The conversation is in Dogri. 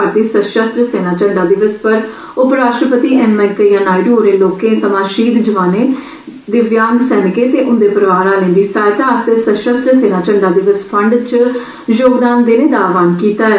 भारतीय सशस्त्र सेना झंडा दिवस पर उपराष्ट्रपति एम वेंकैया नायडू होरें लोकें सोयां शहीद जवानें दिव्यांग सैनिकें ते उन्दे परोआर आले दी सहायता आस्तै सशस्त्र सेना झंडा दिवस फंड च योगदान देने दा आहवान कीता ऐ